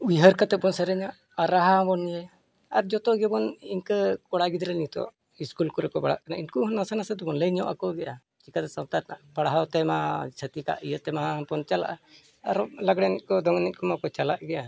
ᱩᱭᱦᱟᱹᱨ ᱠᱟᱛᱮᱫ ᱵᱚᱱ ᱥᱮᱨᱮᱧᱟ ᱟᱨ ᱨᱟᱦᱟ ᱦᱚᱸ ᱵᱚᱱ ᱤᱭᱟᱹᱭᱟ ᱟᱨ ᱡᱚᱛᱚ ᱜᱮᱵᱚᱱ ᱤᱱᱠᱟᱹ ᱠᱚᱲᱟ ᱜᱤᱫᱽᱨᱟᱹ ᱱᱤᱛᱚᱜ ᱥᱠᱩᱞ ᱠᱚᱮᱜ ᱠᱚ ᱯᱟᱲᱦᱟᱜ ᱠᱟᱱᱟ ᱩᱱᱠᱩ ᱦᱚᱸ ᱱᱟᱥᱮ ᱱᱟᱥᱮ ᱫᱚᱵᱚᱱ ᱞᱟᱹᱭ ᱧᱚᱜ ᱟᱠᱚ ᱜᱮᱭᱟ ᱪᱮᱠᱟᱛᱮ ᱥᱟᱶᱛᱟ ᱨᱮᱱᱟᱜ ᱯᱟᱲᱦᱟᱣ ᱛᱮᱢᱟ ᱪᱷᱟᱹᱛᱤᱠᱟ ᱤᱭᱟᱹᱛᱮᱢᱟ ᱵᱚᱱ ᱪᱟᱞᱟᱜᱼᱟ ᱟᱨᱚ ᱞᱟᱜᱲᱮ ᱮᱱᱮᱡ ᱠᱚ ᱫᱚᱝ ᱮᱱᱮᱡ ᱠᱚᱢᱟ ᱠᱚ ᱪᱟᱞᱟᱜ ᱜᱮᱭᱟ